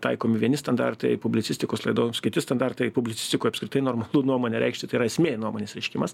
taikomi vieni standartai publicistikos laidoms kiti standartai publicistikoj apskritai normalu nuomonę reikšti tai yra esmė nuomonės reiškimas